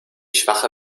schwache